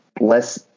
less